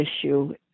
issue